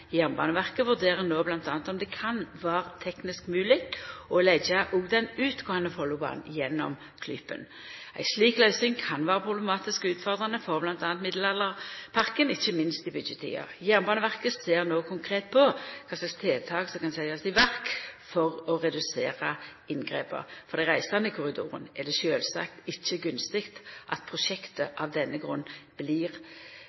Jernbaneverket vurderer no m.a. om det kan vera teknisk mogleg å leggja også den utgåande Follobanen gjennom Klypen. Ei slik løysing kan vera problematisk og utfordrande for m.a. Middelalderparken, ikkje minst i byggjetida. Jernbaneverket ser no konkret på kva tiltak som kan setjast i verk for å redusera inngrepa. For dei reisande i denne korridoren er det sjølvsagt ikkje gunstig at